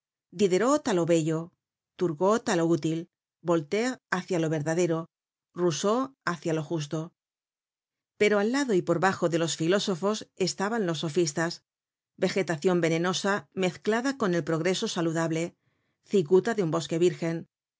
á lo bello turgot á lo útil voltaire hácia lo verdadero rousseau hácia lo justo pero al lado y por bajo de los filósofos estaban los sofistas vegetacion venenosa mezclada con el progreso saludable cicuta en un bosque virgen